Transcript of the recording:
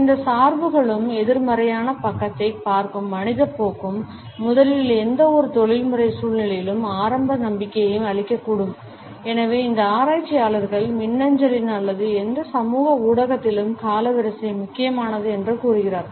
இந்த சார்புகளும் எதிர்மறையான பக்கத்தைப் பார்க்கும் மனிதப் போக்கும் முதலில் எந்தவொரு தொழில்முறை சூழ்நிலையிலும் ஆரம்ப நம்பிக்கையை அழிக்கக்கூடும் எனவே இந்த ஆராய்ச்சியாளர்கள் மின்னஞ்சலில் அல்லது எந்த சமூக ஊடகத்திலும் காலவரிசை முக்கியமானது என்று கூறுகிறார்கள்